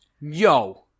Yo